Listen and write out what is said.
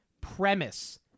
premise